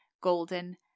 golden